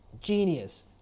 genius